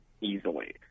easily